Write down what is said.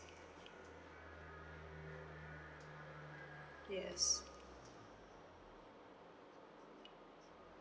yes